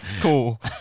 Cool